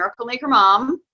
MiracleMakerMom